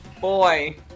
Boy